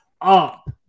up